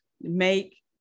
make